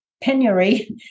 Penury